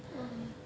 uh